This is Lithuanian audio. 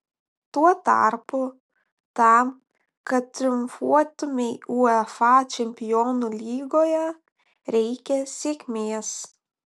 tuo tarpu tam kad triumfuotumei uefa čempionų lygoje reikia sėkmės